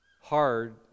hard